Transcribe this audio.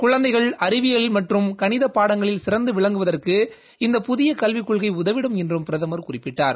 குழந்தைகள் அறிவயில் மற்றும் கணிதப் பாடங்களில் சிறந்து விளங்குவதற்கு இந்த புதிய கலவிக் கொள்கை உதவிடும் என்றும் பிரதமர் குறிப்பிட்டார்